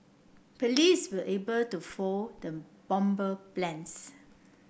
police were able to foil the bomber plans